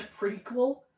prequel